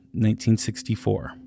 1964